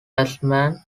batsman